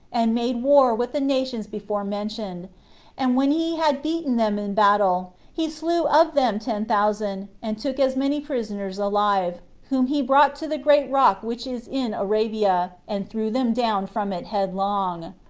and made war with the nations before mentioned and when he had beaten them in battle, he slew of them ten thousand, and took as many prisoners alive, whom he brought to the great rock which is in arabia, and threw them down from it headlong.